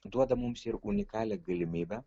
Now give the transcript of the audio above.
duoda mums ir unikalią galimybę